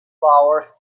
flowers